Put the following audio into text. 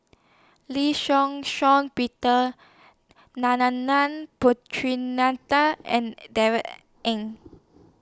Lee Shih Shiong Peter Narana Putumaippittan and Darrell Ang